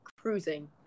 cruising